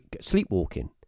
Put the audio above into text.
sleepwalking